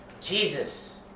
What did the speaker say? Jesus